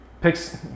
picks